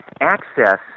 access